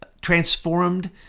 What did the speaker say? transformed